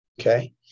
Okay